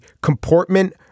comportment